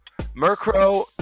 Murkrow